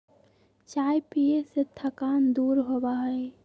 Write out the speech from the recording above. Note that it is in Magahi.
चाय पीये से थकान दूर होबा हई